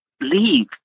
leave